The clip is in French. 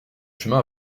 chemin